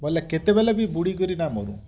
ବଲେ କେତେବେଳେ ବି ବୁଡ଼ି କିରି ନା ମରୁ